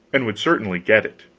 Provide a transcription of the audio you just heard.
and would certainly get it.